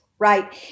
Right